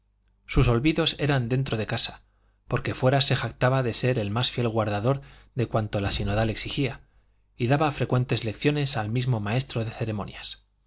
sus olvidos eran dentro de casa porque fuera se jactaba de ser el más fiel guardador de cuanto la sinodal exigía y daba frecuentes lecciones al mismo maestro de ceremonias